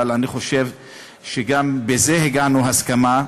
אבל אני חושב שגם בזה הגענו להסכמה.